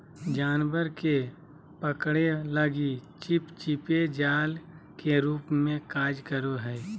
जानवर के पकड़े लगी चिपचिपे जाल के रूप में कार्य करो हइ